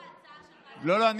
ההצעה שלך, לא, לא.